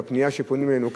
את הפנייה שפונים אלינו.